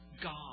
God